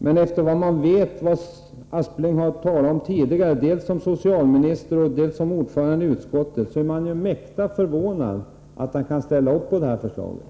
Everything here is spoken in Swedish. Men när man vet vad Sven Aspling talat om tidigare dels som socialminister, dels som ordförande i utskottet blir man mäkta förvånad över att han kan ställa upp på det här förslaget.